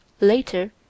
Later